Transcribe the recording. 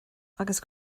agus